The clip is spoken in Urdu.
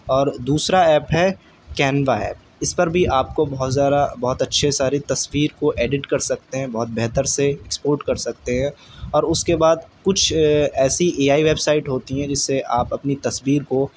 اور دوسرا ایپ ہے کینوا ایپ اس پر بھی آپ کو بہت زارا بہت اچھے ساری تصویر کو ایڈٹ کر سکتے ہیں بہت بہتر سے ایکسپوٹ کر سکتے ہیں اور اس کے بعد کچھ ایسی اے آئی ویب سائٹ ہوتی ہیں جس سے آپ اپنی تصویر کو